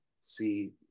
see